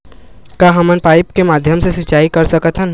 का हमन पाइप के माध्यम से सिंचाई कर सकथन?